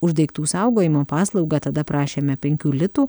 už daiktų saugojimo paslaugą tada prašėme penkių litų